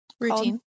Routine